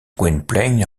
gwynplaine